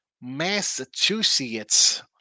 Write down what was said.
Massachusetts